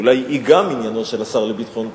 אולי היא גם עניינו של השר לביטחון פנים,